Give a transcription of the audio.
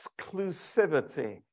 exclusivity